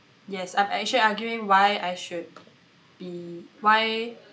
yes I'm actually arguing why I should be why